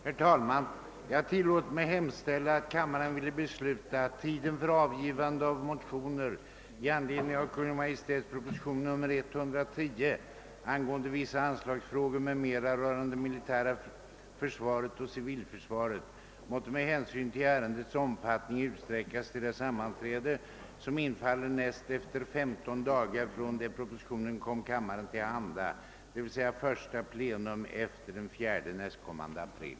Herr talman! Jag tillåter mig hemställa, att kammaren ville besluta, att tiden för avgivande av motioner i anledning av Kungl. Maj:t proposition nr 110, angående vissa anslagsfrågor m.m. rörande det militära försvaret och ci vilförsvaret, måtte med hänsyn till ärendets omfattning utsträckas till det sammanträde, som infaller näst efter femton dagar från det propositionen kom kammaren till handa, dvs. första plenum efter den 4 nästkommande april.